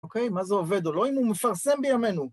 אוקיי? מה זה עובד או לא? אם הוא מפרסם בימינו.